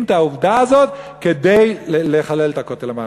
את העובדה הזאת כדי לחלל את הכותל המערבי,